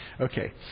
okay